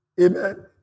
Amen